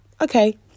okay